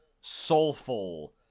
soulful